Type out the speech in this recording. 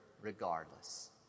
regardless